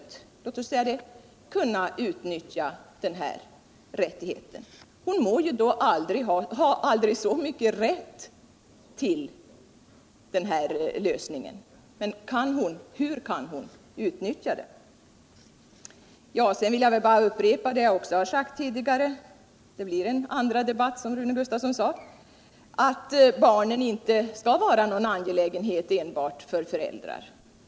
När så socialministern fortsätter att tala om att vi skulle ha något emot att utvidga en rätt till ytterligare grupper säger han t.o.m. att det handlar om stora grupper. Det har jag mycket svårt att hålla med om. Det finns inte alls några stora grupper som skulle kunna utnyttja dessa rättigheter. De kommer tvärtom, som jag har sagt, att öka klyftorna. Jag vill ställa en rak fråga till socialministern: Hur skall t.ex. en ensamstående mamma som jobbar inom handelsområdet kunna utnyttja denna rättighet? Kan hon verkligen göra det, hur stor rätt hon än har att utnyttja denna lösning? Jag vill vidare bara upprepa vad jag framhållit tidigare - det blir en andra debatt. som Rune Gustavsson sade —- nämligen utt barnen inte skall vara en angelägenhet enbart för föräldrarna.